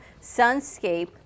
Sunscape